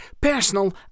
personal